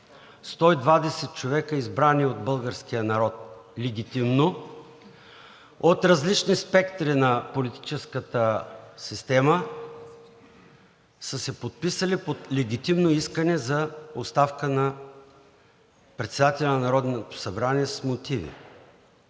човека, избрани от българския народ легитимно от различни спектри на политическата система, са се подписали под легитимно искане за оставка на председателя на Народното събрание с мотиви.